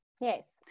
Yes